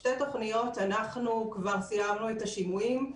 בשתי תוכניות כבר סיימנו את השימועים.